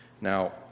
Now